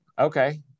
okay